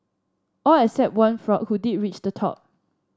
all except one frog who did reach the top